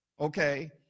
Okay